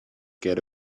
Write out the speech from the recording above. get